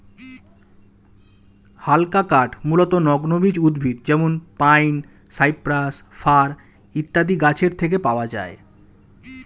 হালকা কাঠ মূলতঃ নগ্নবীজ উদ্ভিদ যেমন পাইন, সাইপ্রাস, ফার ইত্যাদি গাছের থেকে পাওয়া যায়